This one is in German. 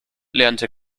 lernte